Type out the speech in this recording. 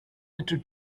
into